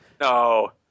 no